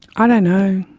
ah don't know.